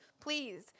Please